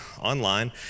online